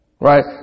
Right